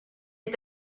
est